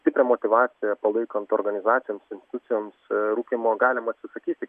stiprią motyvaciją palaikant organizacijoms institucijoms rūkymo galima atsisakyti